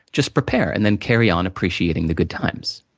just prepare, and then carry on appreciating the good times.